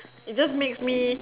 it just makes me